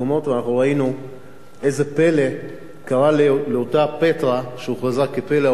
ואנחנו ראינו איזה פלא קרה לאותה פטרה שהוכרזה כפלא עולם.